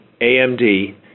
AMD